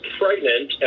pregnant